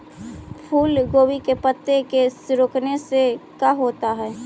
फूल गोभी के पत्ते के सिकुड़ने से का होता है?